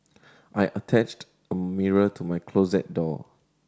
I attached a mirror to my closet door